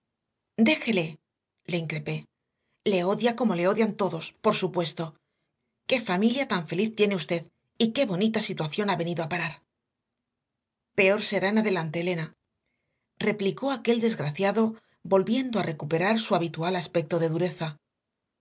déjele le increpé le odia como le odian todos por supuesto qué familia tan feliz tiene usted y a qué bonita situación ha venido a parar peor será en adelante elena replicó aquel desgraciado volviendo a recuperar su habitual aspecto de dureza